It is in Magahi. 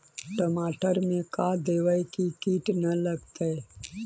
टमाटर में का देबै कि किट न लगतै?